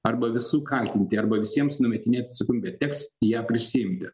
arba visų kaltinti arba visiems numetinėt atsakomybę teks ją prisiimti